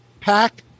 pack